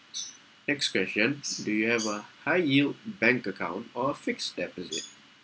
next question do you have a high yield bank account or fixed deposit